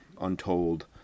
Untold